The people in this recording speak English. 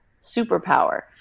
superpower